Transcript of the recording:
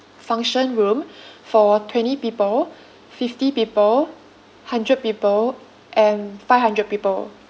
function room for twenty people fifty people hundred people and five hundred people